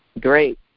Great